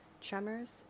Tremors